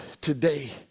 today